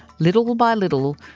little by little,